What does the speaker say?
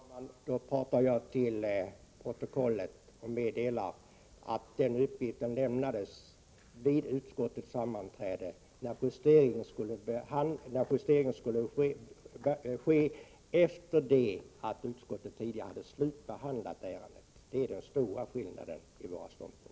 Herr talman! Jag meddelar till protokollet att den uppgiften lämnades vid det utskottssammanträde då justering skulle ske, efter det att utskottet tidigare hade slutbehandlat ärendet. Det är den stora skillnaden i våra ståndpunkter.